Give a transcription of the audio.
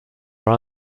are